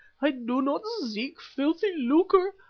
i do not seek filthy lucre.